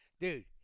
dude